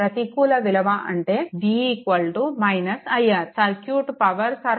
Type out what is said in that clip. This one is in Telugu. ప్రతికూల విలువ అంటే V i R circuit power సరఫరా చేస్తున్నట్లు సూచిస్తుంది